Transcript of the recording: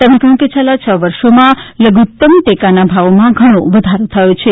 તેમણે કહયું કે છેલ્લા છ વર્ષોમાં લઘુતમ ટેકાના ભાવોમાં ઘણો વધારો થયો છે